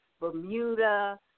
Bermuda